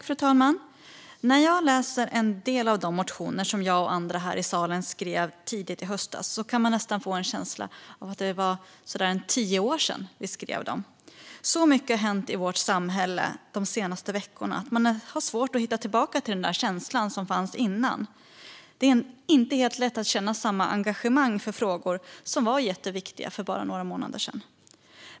Fru talman! När jag läser en del av de motioner som jag och andra här i salen skrev tidigt i höstas kan jag nästan få en känsla av att de skrevs för tio år sedan. Så mycket har hänt i vårt samhälle de senaste veckorna att man har svårt att hitta tillbaka till den känsla som fanns innan. Det är inte helt lätt att känna samma engagemang för frågor som var jätteviktiga för bara några månader sedan.